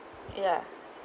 ya